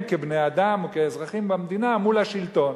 כבני-אדם או כאזרחים במדינה מול השלטון,